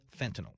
fentanyl